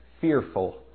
fearful